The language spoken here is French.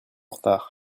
retard